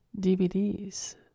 DVDs